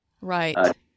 right